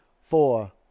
four